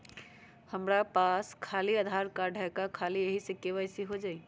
हमरा पास खाली आधार कार्ड है, का ख़ाली यही से के.वाई.सी हो जाइ?